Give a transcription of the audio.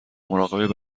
مراقب